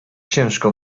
ciężko